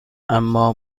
اما